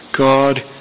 God